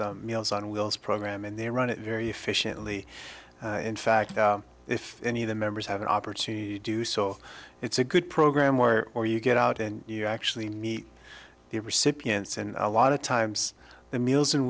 the meals on wheels program and they run it very efficiently in fact if any of the members have an opportunity do so it's a good program where or you get out and you actually meet the recipients and a lot of times the meals